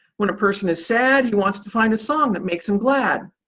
when a person is sad, he wants to find a song that makes him glad.